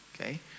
okay